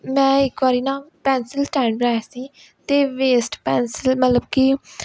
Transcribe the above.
ਮੈਂ ਇੱਕ ਵਾਰੀ ਨਾ ਪੈਨਸਲ ਸਟੈਂਡ ਬਣਾਇਆ ਸੀ ਅਤੇ ਵੇਸਟ ਪੈਂਸਿਲ ਮਤਲਬ ਕਿ